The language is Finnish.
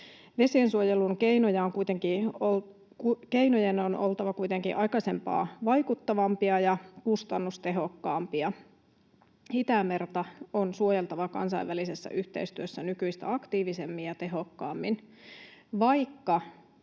Vesiensuojelun keinojen on oltava kuitenkin aikaisempaa vaikuttavampia ja kustannustehokkaampia. Itämerta on suojeltava kansainvälisessä yhteistyössä nykyistä aktiivisemmin ja tehokkaammin. Vaikka